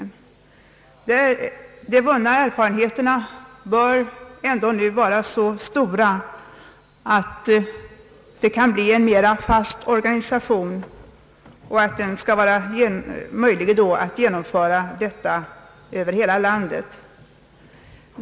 Men de vunna erfarenheterna bör nu vara så stora att det blir möjligt att genomföra en mera fast organisation över hela landet.